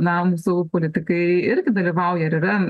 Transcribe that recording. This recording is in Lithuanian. na mūsų politikai irgi dalyvauja ir yra